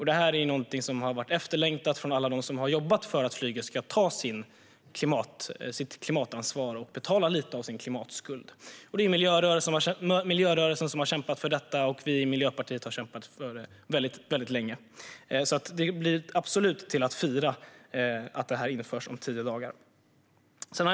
Det är någonting som har varit efterlängtat av alla dem som har jobbat för att flyget ska ta sitt klimatansvar och betala lite av sin klimatskuld. Det är miljörörelsen som har kämpat för detta, och vi i Miljöpartiet har kämpat för det väldigt länge. Det blir absolut till att fira att det införs om tio dagar. Fru talman!